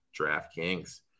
DraftKings